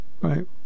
right